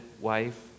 wife